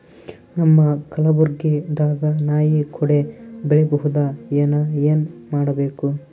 ನಮ್ಮ ಕಲಬುರ್ಗಿ ದಾಗ ನಾಯಿ ಕೊಡೆ ಬೆಳಿ ಬಹುದಾ, ಏನ ಏನ್ ಮಾಡಬೇಕು?